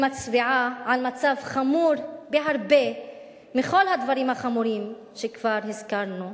היא מצביעה על מצב חמור בהרבה מכל הדברים החמורים שכבר הזכרנו.